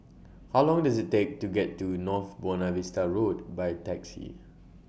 How Long Does IT Take to get to North Buona Vista Road By Taxi